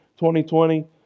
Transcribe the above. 2020